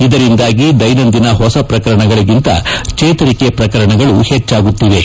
ಇದರಿಂದಾಗಿ ದೈನಂದಿನ ಹೊಸ ಪ್ರಕರಣಗಳಿಗಿಂತ ಚೇತರಿಕೆ ಪ್ರಕರಣಗಳು ಹೆಚ್ಚಾಗುತ್ತಿವೆ